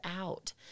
out